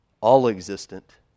all-existent